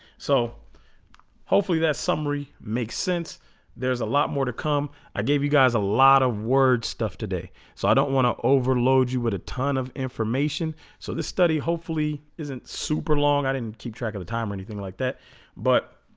so hopefully that summary makes sense there's a lot more to come i gave you guys a lot of words stuff today so i don't want to overload you with a ton of information so this study hopefully isn't super long i didn't keep track of the time or anything like that but